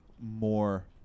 more